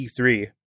E3